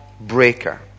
breaker